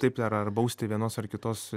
taip ar ar bausti vienos ar kitos